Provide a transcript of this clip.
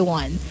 one